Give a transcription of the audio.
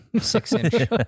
six-inch